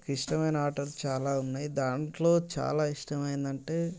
నాకు ఇష్టమైన ఆటలు చాలా ఉన్నాయి దాంట్లో చాలా ఇష్టమైనది అంటే